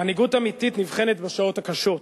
מנהיגות אמיתית נבחנת בשעות הקשות,